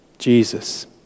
Jesus